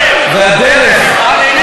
מתעללים בשכבות החלשות,